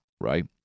right